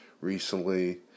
recently